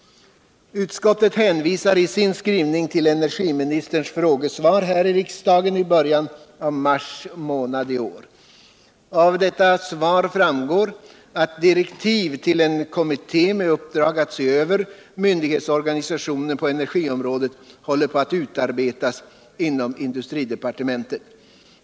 Utskottet hänvisar i sin skrivning till energiministerns frågesvar här i riksdagen i början av mars månad I år. Av detta svar framgår att direktiv till en kommitté med uppdrag att se över myndighetsorganisationen på energiområdet håller på att utarbetas inom industridepartementet.